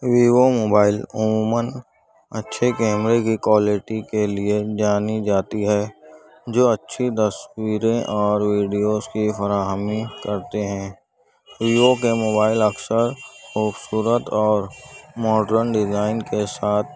Vivo mobile عموماً اچھے کیمرے کی کوائلٹی کے لیے جانی جاتی ہے جو اچھی تصویریں اور ویڈیوز کی فراہمی کرتے ہیں ویوو کے موبائل اکثر خوبصورت اور موڈرن ڈیزائن کے ساتھ